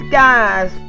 guys